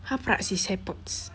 haprak sis airpods